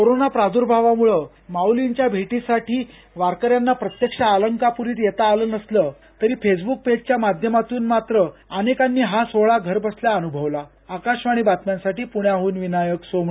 corona प्रादुर्भावामुळं माउलींच्या भेटीसाठी वारकऱ्यांना प्रत्यक्ष अलंकाप्रीत येता आलं नसलं तरी फेसब्क पेजच्या माध्यमातून मात्र अनेकांनी हा सोहोळा घरबसल्या अनुभवला आकाशवाणी बातम्यांसाठी प्ण्याहून विनायक सोमणी